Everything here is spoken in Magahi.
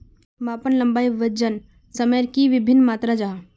मापन लंबाई वजन सयमेर की वि भिन्न मात्र जाहा?